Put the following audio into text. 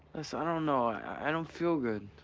les, i don't know, i don't feel good,